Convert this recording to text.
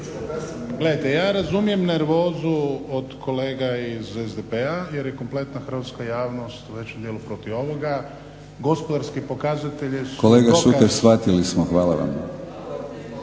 Gledajte, ja razumijem nervozu od kolega iz SDP-a jer je kompletna hrvatska javnost u većem dijelu protiv ovoga. Gospodarski pokazatelji su dokaz … **Batinić, Milorad (HNS)**